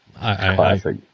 Classic